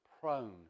prone